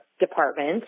department